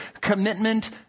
commitment